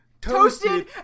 toasted